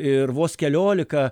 ir vos keliolika